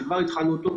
כבר התחלנו אותו,